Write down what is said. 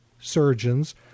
surgeons